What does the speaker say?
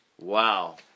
Wow